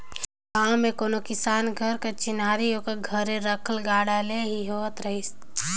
गाँव मे कोनो किसान घर कर चिन्हारी ओकर घरे रखल गाड़ा ले ही होवत रहिस